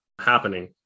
happening